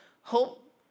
Hope